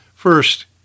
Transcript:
First